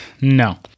No